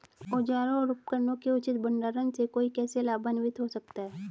औजारों और उपकरणों के उचित भंडारण से कोई कैसे लाभान्वित हो सकता है?